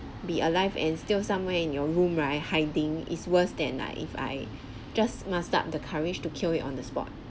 be alive and still somewhere in your room right hiding is worse than like if I just muster up the courage to kill it on the spot